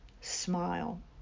smile